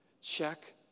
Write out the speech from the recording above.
check